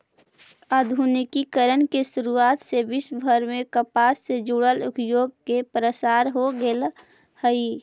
आधुनिकीकरण के शुरुआत से विश्वभर में कपास से जुड़ल उद्योग के प्रसार हो गेल हई